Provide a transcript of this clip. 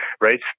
right